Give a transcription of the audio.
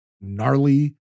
gnarly